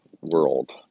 world